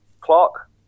Clark